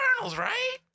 right